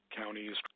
counties